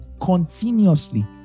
continuously